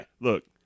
Look